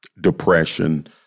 depression